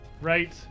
Right